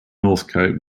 northcote